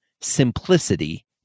simplicity